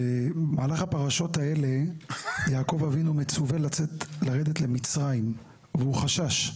בפרשות האלה יעקב אבינו מצווה לרדת למצרים והוא חשש.